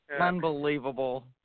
Unbelievable